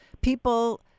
people